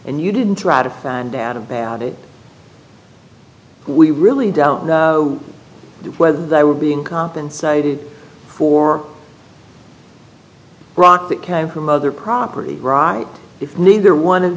and you didn't try to find out about it we really don't know whether they were being compensated for rock that came from other property if neither one of